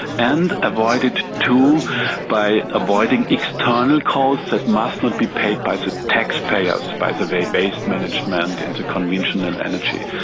and avoided too by avoiding external costs that must not be paid by the taxpayers, by the way base management into conventional energy.